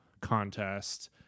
contest